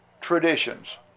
traditions